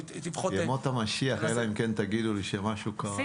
ימות המשיח, אלא אם כן תגידו לי שמשהו קרה.